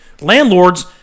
landlords